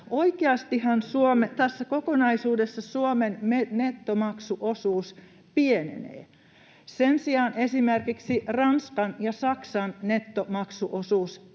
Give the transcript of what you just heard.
Oikeastihan tässä kokonaisuudessa Suomen nettomaksuosuus pienenee. Sen sijaan esimerkiksi Ranskan ja Saksan nettomaksuosuus kasvaa,